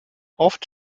oft